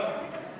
ההצעה